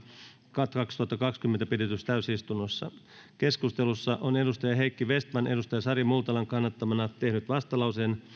kaksituhattakaksikymmentä pidetyssä täysistunnossa keskustelussa on heikki vestman sari multalan kannattamana tehnyt vastalauseen